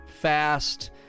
fast